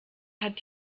hat